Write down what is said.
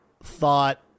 Thought